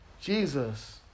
Jesus